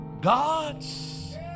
God's